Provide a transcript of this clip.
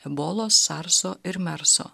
ebolos sarso ir merso